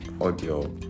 audio